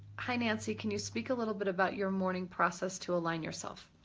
hi nancy can you speak a little bit about your morning process to align yourself?